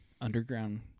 underground